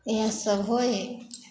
इएहे सब होइ हइ